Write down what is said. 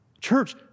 church